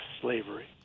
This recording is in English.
slavery